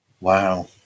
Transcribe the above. Wow